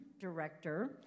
director